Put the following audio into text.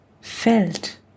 felt